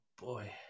boy